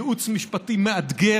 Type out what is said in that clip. ייעוץ משפטי מאתגר,